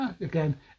again